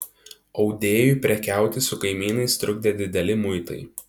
audėjui prekiauti su kaimynais trukdė dideli muitai